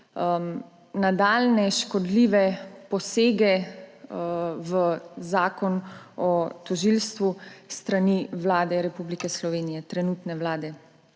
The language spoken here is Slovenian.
nadaljnje škodljive posege v zakon o tožilstvu s strani Vlade Republike Slovenije, trenutne vlade.